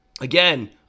again